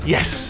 Yes